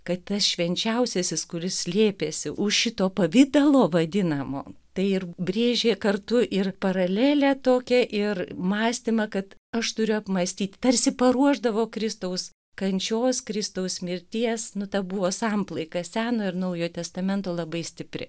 kad tas švenčiausiasis kuris slėpėsi už šito pavidalo vadinamo tai ir brėžė kartu ir paralelę tokią ir mąstymą kad aš turiu apmąstyt tarsi paruošdavo kristaus kančios kristaus mirties nu ta buvo samplaiką seno ir naujojo testamento labai stipri